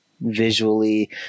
visually